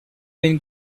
been